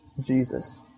Jesus